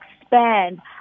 expand